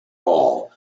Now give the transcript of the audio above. hall